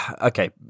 okay